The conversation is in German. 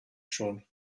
schon